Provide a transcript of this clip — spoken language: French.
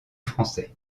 français